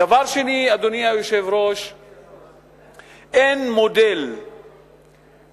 דבר שני, אדוני היושב-ראש, אין מודל אמפירי